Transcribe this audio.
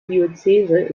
diözese